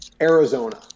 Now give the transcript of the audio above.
Arizona